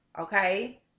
Okay